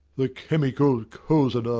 the chemical cozener.